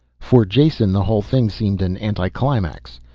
for jason, the whole thing seemed an anticlimax.